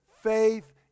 Faith